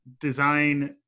design